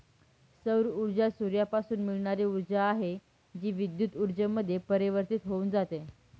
सौर ऊर्जा सूर्यापासून मिळणारी ऊर्जा आहे, जी विद्युत ऊर्जेमध्ये परिवर्तित होऊन जाते